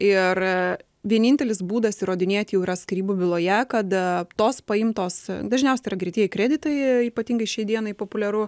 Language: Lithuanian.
ir vienintelis būdas įrodinėti jau yra skyrybų byloje kad tos paimtos dažniausiai yra greitieji kreditai ypatingai šiai dienai populiaru